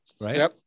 right